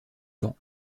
vent